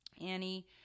Annie